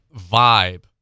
vibe